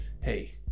Hey